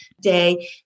day